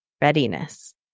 readiness